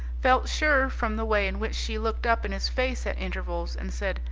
felt sure from the way in which she looked up in his face at intervals and said,